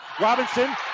Robinson